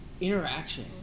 interaction